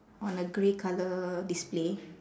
on a grey colour display